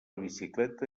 bicicleta